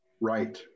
right